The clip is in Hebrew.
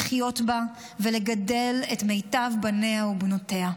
לחיות בה ולגדל את מיטב בניה ובנותיה.